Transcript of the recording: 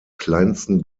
kleinsten